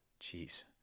Jeez